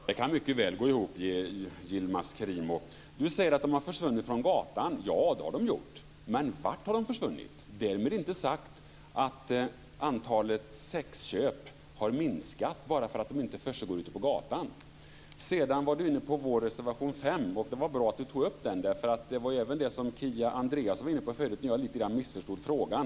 Fru talman! Jo, det kan mycket väl gå ihop. Yilmaz Kerimo säger att de här personerna har försvunnit från gatan. Ja, det har de gjort. Men vart har de försvunnit? Bara för att det här inte försiggår ute på gatan är därmed inte sagt att antalet sexköp har minskat. Yilmaz Kerimo var inne på reservation 5 från oss. Det är bra att den togs upp. Även Kia Andreasson var inne på den tidigare när jag lite grann missförstod frågan.